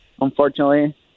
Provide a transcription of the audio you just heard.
unfortunately